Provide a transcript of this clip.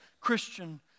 Christian